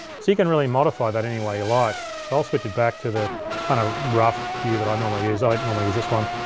so you can really modify that any way you like. so i'll switch it back to the kinda rough view that i normally use. i normally use this one.